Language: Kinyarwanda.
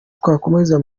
twakomeza